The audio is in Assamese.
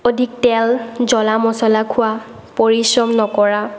অধিক তেল জলা মছলা খোৱা পৰিশ্ৰম নকৰা